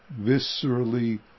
viscerally